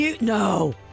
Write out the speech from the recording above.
No